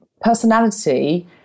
personality